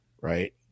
Right